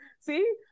See